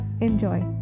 Enjoy